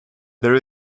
there